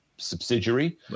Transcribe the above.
Subsidiary